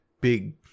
big